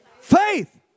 Faith